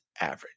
average